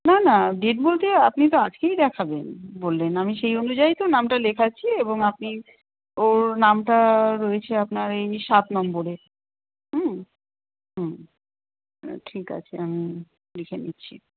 না না ডেট বলতে আপনি তো আজকেই দেখাবেন বললেন আমি সেই অনুযায়ী তো নামটা লেখাচ্ছি এবং আপনি ওর নামটা রয়েছে আপনার এই সাত নম্বরে হুম ঠিক আছে আমি লিখে নিচ্ছি